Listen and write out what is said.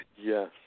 Yes